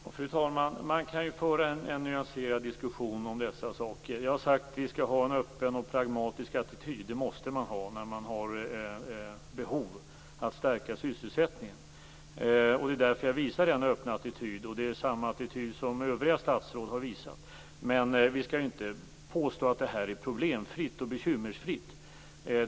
Fru talman! Man kan föra en nyanserad diskussion om dessa saker. Jag har sagt att vi skall ha en öppen och pragmatisk attityd. Det måste man ha när man har behov att stärka sysselsättningen. Det är därför jag visar denna öppna attityd. Det är samma attityd som övriga statsråd har visat. Men vi skall inte påstå att det är problemfritt och bekymmersfritt.